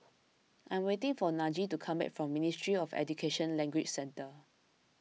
I am waiting for Najee to come back from Ministry of Education Language Centre